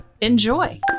enjoy